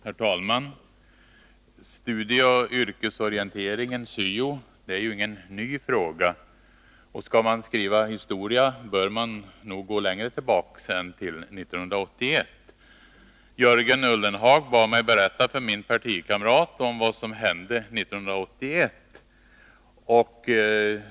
Herr talman! Studieoch yrkesorienteringen— syo — är inte någon ny fråga. Skall man skriva historia bör man nog gå längre tillbaka än till 1981. Jörgen Ullenhag bad mig att berätta för min partikamrat om vad som hände 1981.